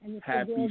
Happy